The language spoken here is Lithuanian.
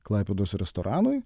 klaipėdos restoranui